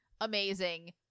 amazing